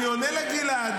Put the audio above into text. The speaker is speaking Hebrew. אני עונה לגלעד.